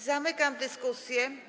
Zamykam dyskusję.